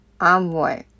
envoy